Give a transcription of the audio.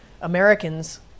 Americans